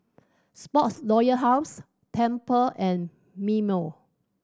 Sports Royal House Tempur and Mimeo